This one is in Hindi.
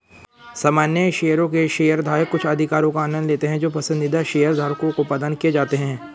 सामान्य शेयरों के शेयरधारक कुछ अधिकारों का आनंद लेते हैं जो पसंदीदा शेयरधारकों को प्रदान नहीं किए जाते हैं